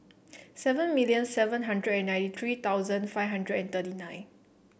seven million seven hundred and ninety three thousand five hundred and thirty nine